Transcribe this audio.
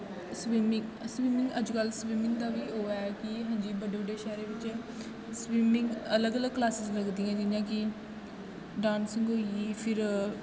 swimming swimming अज्ज कल swimming दा बी ओह् ऐ कि हून जियां बड्डे बड्डे शैह्रें बिच्च स्विमिंग अलग अलग क्लासिस लगदियां जियां कि डांसिंग होई गेई फिर